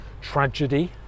tragedy